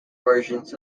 versions